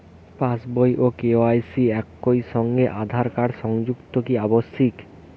পাশ বই ও কে.ওয়াই.সি একই সঙ্গে আঁধার কার্ড সংযুক্ত কি আবশিক?